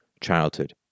childhood